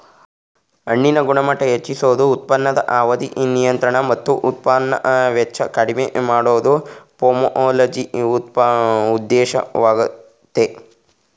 ಹಣ್ಣಿನ ಗುಣಮಟ್ಟ ಹೆಚ್ಚಿಸೋದು ಉತ್ಪಾದನಾ ಅವಧಿ ನಿಯಂತ್ರಣ ಮತ್ತು ಉತ್ಪಾದನಾ ವೆಚ್ಚ ಕಡಿಮೆ ಮಾಡೋದು ಪೊಮೊಲಜಿ ಉದ್ದೇಶವಾಗಯ್ತೆ